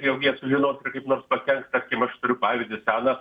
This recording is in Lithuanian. jog jie sužinos ir kaip nors pakenks tarkim aš turiu pavyzdį seną